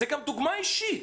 זה גם דוגמה אישית.